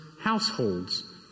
households